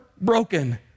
broken